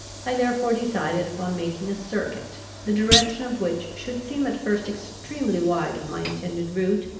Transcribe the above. i therefore decided upon making a circuit, the direction of which should seem at first extremely wide of my intended route,